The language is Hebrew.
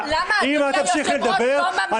אם תמשיכי לדבר,